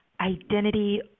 identity